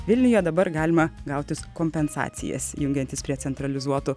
vilniuje dabar galima gautis kompensacijas jungiantis prie centralizuotų